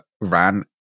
ran